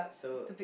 so